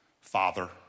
father